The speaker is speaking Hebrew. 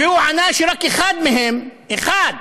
והוא ענה שרק אחד מהם, אחד,